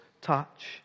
touch